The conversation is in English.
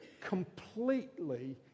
completely